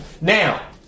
Now